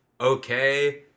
Okay